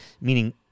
meaning